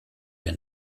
wir